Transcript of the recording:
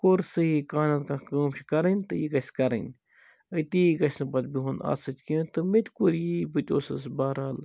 کوٚر سہی کانٛہہ نتہٕ کانٛہہ کٲم چھِ کَرٕنۍ تہٕ یہِ گَژھہِ کَرٕنۍ أتی گَژہہِ نہٕ پَتہٕ بیہُن اَتھ سۭتۍ کیٚنٛہہ تہٕ مےٚ تہِ کوٚر یی بہٕ تہِ اوسُس بہرحال